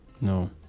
No